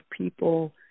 people